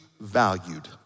valued